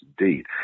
indeed